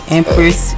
Empress